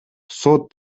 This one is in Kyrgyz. сот